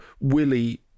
Willie